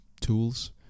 tools